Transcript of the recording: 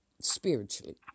spiritually